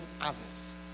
others